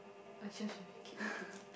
Alicia we can eat we can eat